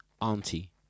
auntie